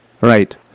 Right